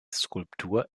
skulptur